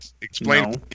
Explain